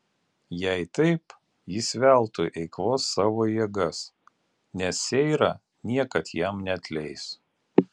jei taip jis veltui eikvos savo jėgas nes seira niekad jam neatleis